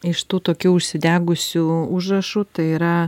iš tų tokių užsidegusių užrašų tai yra